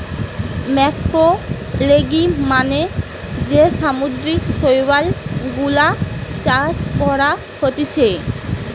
ম্যাক্রোলেগি মানে যে সামুদ্রিক শৈবাল গুলা চাষ করা হতিছে